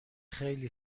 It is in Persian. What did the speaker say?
خیلی